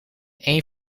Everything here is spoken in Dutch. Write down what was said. één